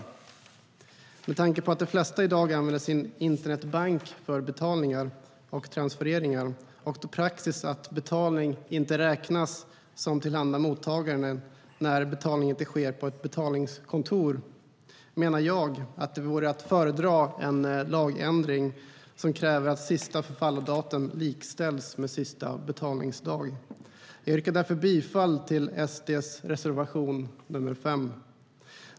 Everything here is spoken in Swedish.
Med tanke på att de flesta i dag använder sin internetbank för betalningar och transfereringar och att praxis är att betalning inte räknas som till handa mottagaren när betalning inte sker på ett betalningskontor menar jag att en lagändring som kräver att sista förfallodatum likställs med sista betalningsdag vore att föredra. Jag yrkar därför bifall till SD:s reservation nr 5.